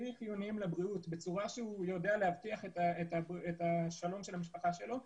הכי חיוניים לבריאות בצורה שהוא יודע להבטיח את שלום המשפחה שלו,